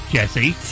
Jesse